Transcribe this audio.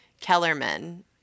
Kellerman